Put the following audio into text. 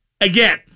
Again